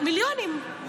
מיליונים.